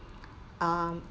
um